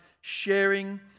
sharing